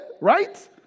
Right